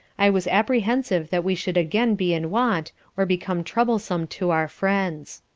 i was apprehensive that we should again be in want or become troublesome to our friends.